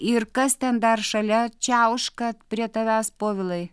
ir kas ten dar šalia čiauška prie tavęs povilai